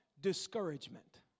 discouragement